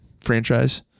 franchise